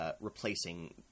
Replacing